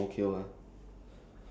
nine two seven